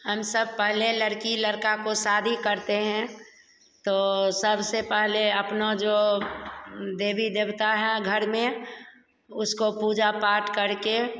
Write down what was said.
हम सब पहले लड़की लड़का की शादी करते हैं तो सबसे पहले अपना जो देवी देवता हैं घर में उसको पूजा पाठ करके